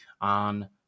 on